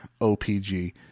OPG